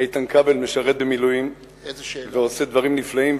איתן כבל משרת במילואים ועושה דברים נפלאים,